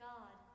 God